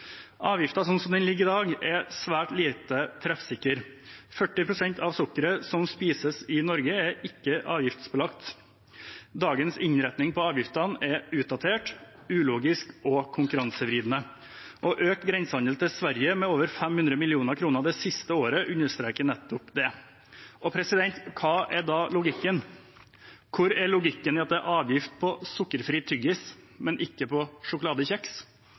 den ligger i dag, er svært lite treffsikker. 40 pst av sukkeret som spises i Norge, er ikke avgiftsbelagt. Dagens innretning på avgiftene er utdatert, ulogisk og konkurransevridende. Økt grensehandel til Sverige med over 500 mill. kr det siste året understreker nettopp det. Hva er da logikken? Hvor er logikken i at det er avgift på sukkerfri tyggis, men ikke på sjokoladekjeks,